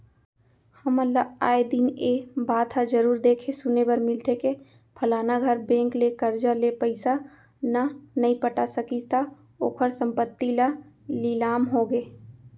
हमन ल आय दिन ए बात ह जरुर देखे सुने बर मिलथे के फलाना घर बेंक ले करजा ले पइसा न नइ पटा सकिस त ओखर संपत्ति ह लिलाम होगे